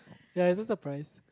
ya it's those surprise